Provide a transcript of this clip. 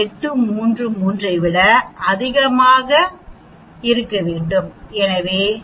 833 ஐ விட அதிகமாக இருக்க வேண்டும் எனவே இது 1